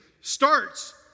starts